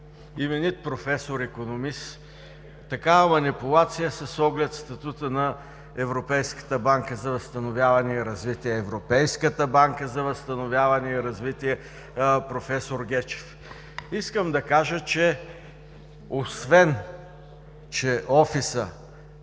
именит професор – икономист, такава манипулация с оглед статута на Европейската банка за възстановяване и развитие. Европейската банка за възстановяване и развитие, проф. Гечев! Искам да кажа, че освен, че офисът